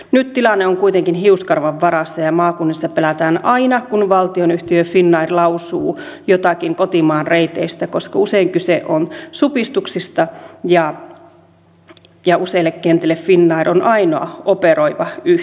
nyt tilanne on kuitenkin hiuskarvan varassa ja maakunnissa pelätään aina kun valtionyhtiö finnair lausuu jotakin kotimaan reiteistä koska usein kyse on supistuksista ja useille kentille finnair on ainoa operoiva yhtiö